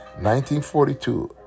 1942